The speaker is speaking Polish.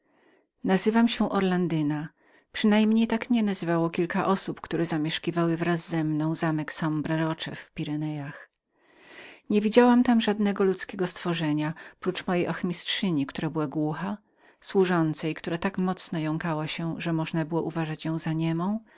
nazywam się orlandyna przynajmniej tak mnie nazywało kilka osób które zamieszkiwały ze mną zamek sombre roche w pyreneach nie widziałam tam żadnego ludzkiego stworzenia prócz mojej ochmistrzyni która była głuchą służącej która tak mocno jąkała się że można było uważać ją za niemę